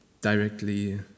directly